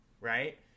right